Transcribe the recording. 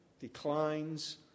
declines